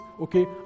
okay